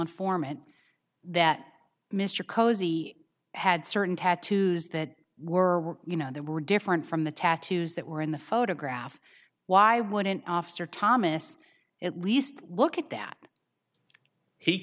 informant that mr cosey had certain tattoos that were you know they were different from the tattoos that were in the photograph why would an officer thomas at least look at that he